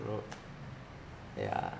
yeah